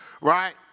right